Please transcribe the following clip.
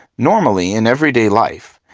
normally, in everyday life,